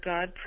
God